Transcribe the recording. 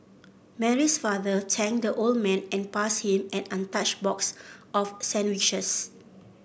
Mary's father thanked the old man and passed him an untouched box of sandwiches